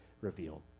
revealed